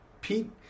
Pete